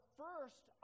first